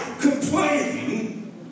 complaining